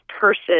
person